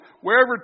Wherever